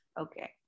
okay